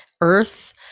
Earth